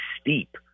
steep